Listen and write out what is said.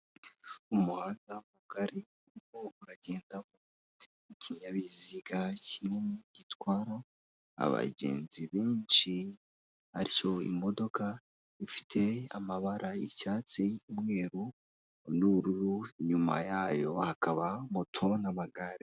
Umuhanda mugari, uragendamo ikinyabiziga kinini gitwarwamo abagenzi benshi, ari cyo imodoka, ifite amabara y'icyatsi, umweru, n'ubururu, inyuma yayo hakaba moto n'amagare.